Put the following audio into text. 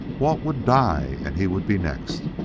walt would die and he would be next.